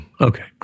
Okay